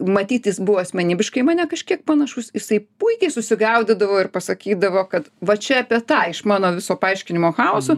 matyt jis buvo asmenybiškai į mane kažkiek panašus jisai puikiai susigaudydavo ir pasakydavo kad va čia apie tą iš mano viso paaiškinimo chaoso